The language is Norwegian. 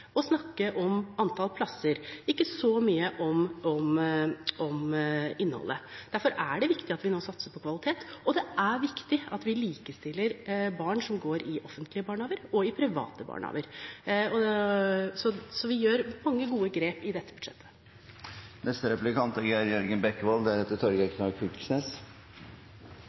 snakke om antall plasser, ikke så mye om innholdet. Derfor er det viktig at vi nå satser på kvalitet, og det er viktig at vi likestiller barn som går i offentlige barnehager, og barn som går i private barnehager. Så vi gjør mange gode grep i dette